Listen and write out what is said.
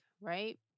right